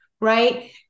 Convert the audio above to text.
right